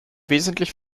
wesentlich